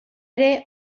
ere